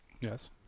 Yes